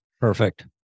Perfect